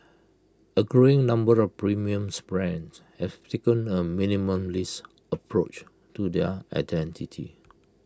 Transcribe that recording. A growing number of premiums brands have taken A minimalist approach to their identity